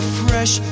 fresh